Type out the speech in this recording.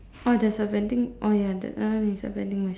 oh there's a vending oh ya that that one is a vending machine